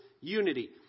unity